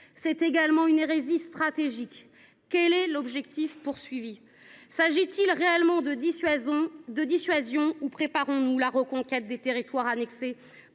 aussi d’une hérésie stratégique. Quel est l’objectif ? S’agit il réellement de dissuasion ou préparons nous la reconquête des territoires annexés